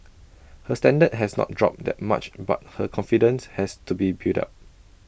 her standard has not dropped that much but her confidence has to be built up